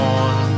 on